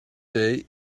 day